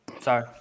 sorry